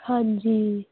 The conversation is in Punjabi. ਹਾਂਜੀ